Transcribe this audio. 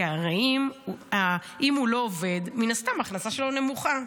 כי הרי אם הוא לא עובד מן הסתם ההכנסה שלו נמוכה.